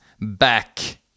back